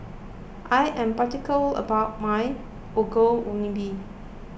I am about my Ongol Ubi